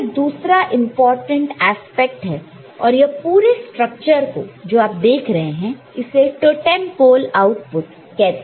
यह एक दूसरा इंपॉर्टेंट एस्पेक्ट है और यह पूरे स्ट्रक्चर को जो आप देख रहे हैं इसे टोटेंम पोल आउटपुट कहते हैं